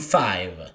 five